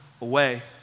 away